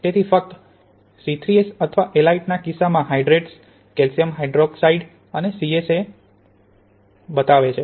તેથી ફક્ત સી3એસ અથવા એલાઇટ ના કિસ્સામાં હાઇડ્રેટ્સ કેલ્શિયમ હાઇડ્રોક્સાઇડ અને સીએસએચ બનાવે છે